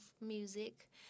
music